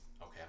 okay